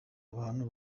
abantu